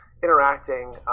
interacting